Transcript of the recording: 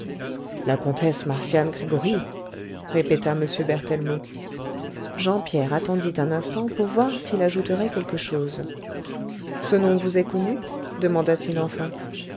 la comtesse marcian gregoryi répéta m berthellemot jean pierre attendit un instant pour voir s'il ajouterait quelque chose ce nom vous est connu demanda-t-il enfin